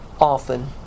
often